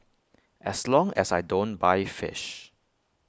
as long as I don't buy fish